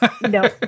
No